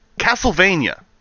Castlevania